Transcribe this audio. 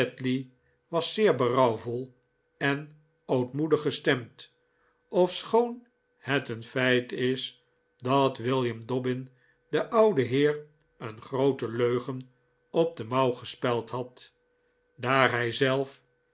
was zeer berouwvol en ootmoedig gestemd ofschoon het een feit'is dat william dobbin den ouden heer een groote leugen op de mouw gespeld had daar hij zelf